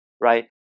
right